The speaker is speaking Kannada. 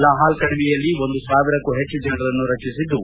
ಲಹಾಲ್ ಕಣಿವೆಯಲ್ಲಿ ಒಂದು ಸಾವಿರಕ್ಕೂ ಹೆಚ್ಚು ಜನರನ್ನು ರಕ್ಷಿಸಿದ್ದು